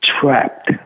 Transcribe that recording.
Trapped